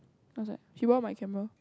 I was like she borrowed my camera